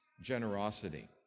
generosity